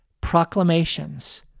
proclamations